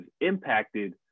impacted